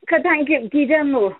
kadangi gyvenu